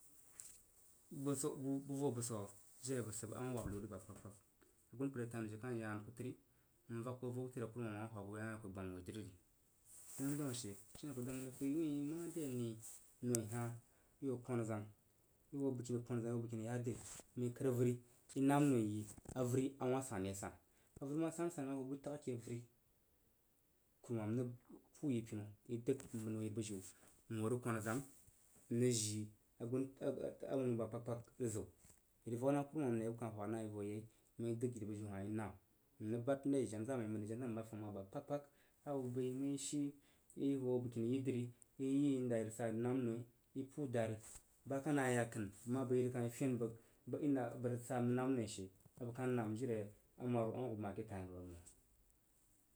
Bəsau bu vo bəsau jiri abəg səb awah wab liu ri aba kpagkpag agun pər aka ziw akan ya təri ikah vak ku avau təri akurumam a wah sid yi ku gbama wui dri ri. Sid nəm dəu ahe ku wuin mare ane noi hah i hoo kon zong ihoo bəgkini yi dri ikəəvəri inam nəng noi yi, avəri a wah san ima ho butag ke vəri kurumam vəg puu yi pinu idən n who ho yiribujiu n hoo rəg konazang n rəg jii awunu aba kpag kpag rə zau. I rəg vag na kurumam ri a ku kah wha na yi vo yei məng i dəg daun ahah inam irəg bad nas bəg məri jena ze məi ba kon hoo ha apa kpagkpag abəg bəi i shi məng i hoo bəg kini yidri məng shi i yi indaa rəg nam noi. I puu dari ba kah nah ye yak ənu ma bəi rəg i kah rəg fen bəg inda bəg rəg san nam noi she a bəg kah nam jiri amaru a wah ku gbah ke tain nəu məng.